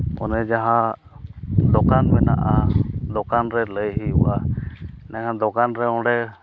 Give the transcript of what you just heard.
ᱚᱱᱮ ᱡᱟᱦᱟᱸ ᱫᱚᱠᱟᱱ ᱢᱮᱱᱟᱜᱼᱟ ᱫᱚᱠᱟᱱᱨᱮ ᱞᱟᱹᱭ ᱦᱩᱭᱩᱜᱼᱟ ᱮᱸᱰᱮᱠᱷᱟᱱ ᱫᱚᱠᱟᱱ ᱨᱮ ᱚᱸᱰᱮ